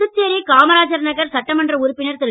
புதுச்சேரி காமராஜ் நகர் சட்டமன்ற உறுப்பினர் திரு